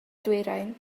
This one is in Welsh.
ddwyrain